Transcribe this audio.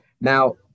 now